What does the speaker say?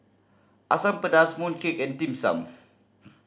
Asam Pedas mooncake and Dim Sum